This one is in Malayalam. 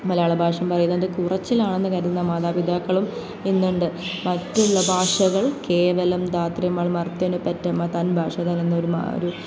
മലയാള ഭാഷ പറയുന്നത് കുറച്ചിലാണെന്ന് കരുതുന്ന മാതാപിതാക്കളും ഇന്ന് ഉണ്ട് മറ്റുള്ള ഭാഷകൾ കേവലം ധാത്രിമാർ മർത്യന് പെറ്റമ്മ തൻ ഭാഷ താൻ എന്ന് വരുന്ന ഒരു